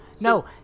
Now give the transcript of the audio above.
No